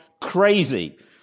crazy